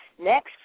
Next